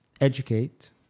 educate